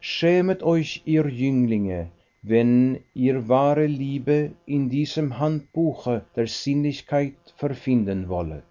schämet euch ihr jünglinge wenn ihr wahre liebe in diesem handbuche der sinnlichkeit wiederfinden wollet